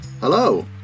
Hello